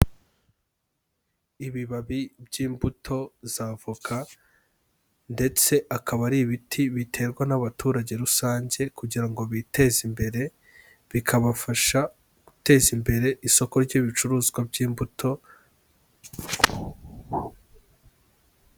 Ibibabi by'imbuto za avoka ndetse akaba ari ibiti biterwa n'abaturage rusange kugira ngo biteze imbere, bikabafasha guteza imbere isoko ry'ibicuruzwa by'imbuto.